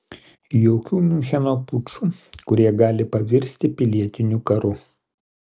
jokių miuncheno pučų kurie gali pavirsti pilietiniu karu